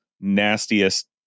nastiest